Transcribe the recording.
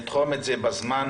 לתחום את זה בזמן.